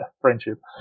friendship